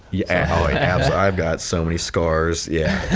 yeah i've got so many scars, yeah,